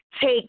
take